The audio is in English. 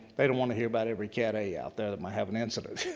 they don't want to hear about every cat a out there that might have an incident.